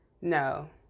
No